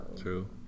True